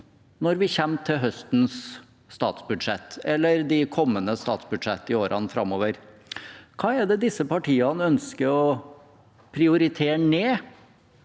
Når vi kommer til høstens statsbudsjett eller de kommende statsbudsjett i årene framover, hva er det disse partiene ønsker å prioritere ned